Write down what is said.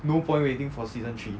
no point waiting for season three